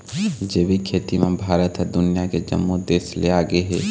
जैविक खेती म भारत ह दुनिया के जम्मो देस ले आगे हे